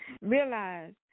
realize